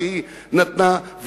שהיא נתנה,